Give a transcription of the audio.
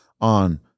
on